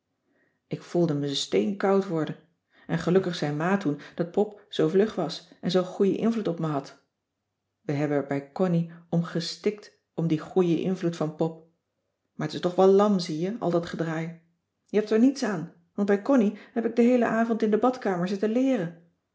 ik voelde me steenkoud worden en gelukkig zei ma toen dat pop zoo vlug was en zoo'n goeien invloed op me had we hebben er bij connie om gestikt om dien goeien invloed van pop maar t is toch wel lam zie je al dat gedraai je hebt er niets aan want bij connie heb ik den heelen avond in de badkamer zitten leeren